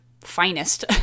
finest